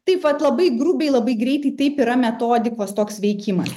taip vat labai grubiai labai greitai taip yra metodikos toks veikimas